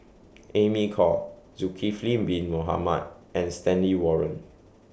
Amy Khor Zulkifli Bin Mohamed and Stanley Warren